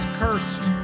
cursed